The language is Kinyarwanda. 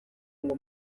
ngo